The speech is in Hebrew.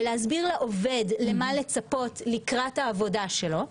ולהסביר לעובד למה לצפות לקראת העבודה שלו,